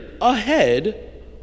ahead